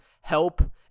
help